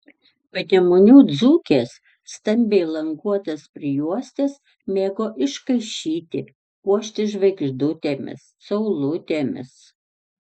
panemunių dzūkės stambiai languotas prijuostes mėgo iškaišyti puošti žvaigždutėmis saulutėmis